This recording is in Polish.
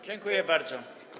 Dziękuję bardzo.